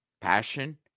Passion